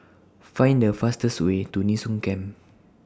Find The fastest Way to Nee Soon Camp